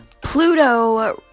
Pluto